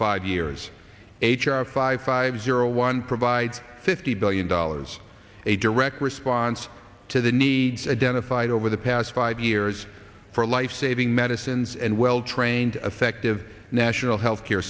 five years h r five five zero one provides fifty billion dollars a direct response to the needs identified over the past five years for lifesaving medicines and well trained effective national health care